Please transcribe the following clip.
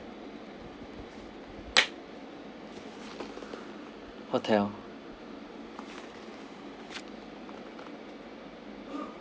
hotel